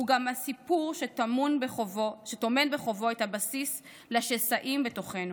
הוא גם הסיפור שטומן בחובו את הבסיס לשסעים בתוכנו.